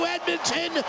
Edmonton